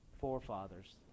forefathers